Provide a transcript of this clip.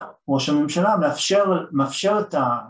ראש הממשלה מאפשר את ה...